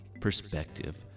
perspective